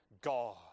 God